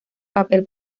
papel